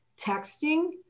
texting